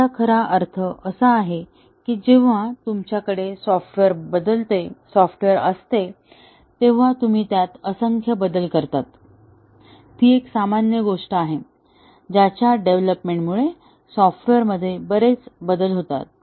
याचा खरा अर्थ असा आहे की जेव्हा तुमच्याकडे सॉफ्टवेअर असते तेव्हा तुम्ही त्यात असंख्य बदल करता ती एक सामान्य गोष्ट आहे ज्याच्या डेव्हलोपमेंटमुळे सॉफ्टवेअरमध्ये बरेच बदल होतात